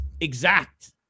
exact